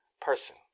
person